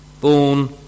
born